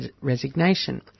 resignation